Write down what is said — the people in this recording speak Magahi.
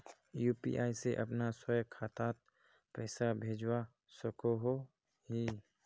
यु.पी.आई से अपना स्वयं खातात पैसा भेजवा सकोहो ही?